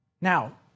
Now